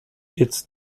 its